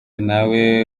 nawe